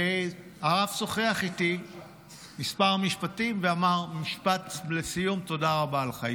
והרב שוחח איתי כמה משפטים ואמר משפט לסיום: תודה רבה לך,